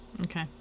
okay